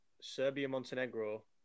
Serbia-Montenegro